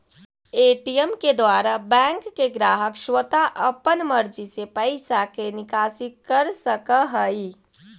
ATM के द्वारा bank के ग्राहक स्वता अपन मर्जी से पैइसा के निकासी कर सकऽ हइ